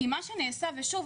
ושוב,